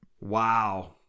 Wow